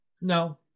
No